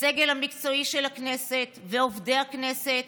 הסגל המקצועי של הכנסת ועובדי הכנסת,